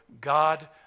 God